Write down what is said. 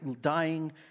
dying